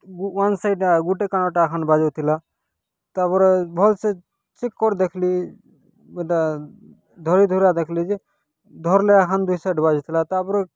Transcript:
ବୋ one side ଗୋଟେ କାନଟା ହାଙ୍ଗ୍ ବାଜୁଥିଲା ତାପରେ ଭଲ୍ ସେ ଚେକ୍ କରି ଦେଖିଲି ଏଇଟା ଧରି ଧୁରା ଦେଖ୍ଲି ଯେ ଧରିଲେ ହ୍ୟାଣ୍ଡ ବାଜି ଥିଲା ତାପରେ